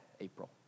April